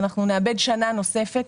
אנחנו נאבד שנה נוספת.